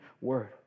word